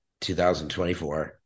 2024